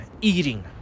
eating